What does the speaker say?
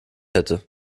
hätte